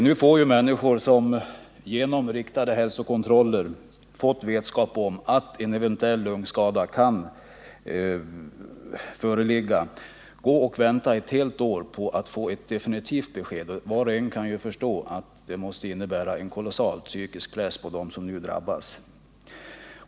Nu får ju människor, som genom riktade hälsokontroller fått vetskap om att en lungskada eventuellt kan föreligga, gå och vänta ett helt år på att få ett definitivt besked. Var och en kan förstå att det måste innebära en kolossal psykisk press på dem som drabbas.